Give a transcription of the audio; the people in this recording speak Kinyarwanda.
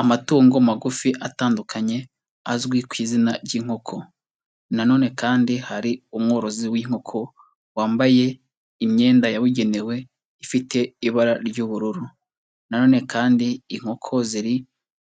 Amatungo magufi atandukanye azwi ku izina ry'inkoko, nanone kandi hari umworozi w'inkoko wambaye imyenda yabugenewe ifite ibara ry'ubururu, nanone kandi inkoko ziri